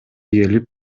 келип